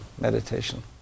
meditation